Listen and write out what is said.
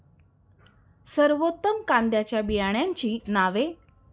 सर्वोत्तम कांद्यांच्या बियाण्यांची नावे?